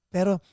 Pero